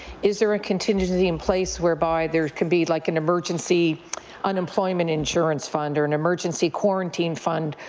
is there a contingency in place whereby there could be, like, an emergency unemployment insurance fund or an emergency quarantine fund?